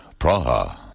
Praha